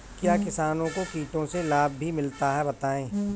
क्या किसानों को कीटों से लाभ भी मिलता है बताएँ?